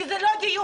כי זה לא הדיון,